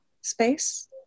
space